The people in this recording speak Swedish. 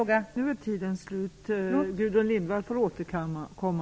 Taletiden är slut. Lena Klevenås får återkomma.